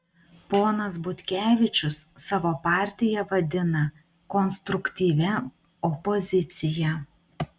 ponas butkevičius savo partiją vadina konstruktyvia opozicija